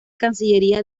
cancillería